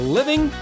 living